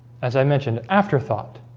as i mentioned after thought